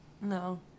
No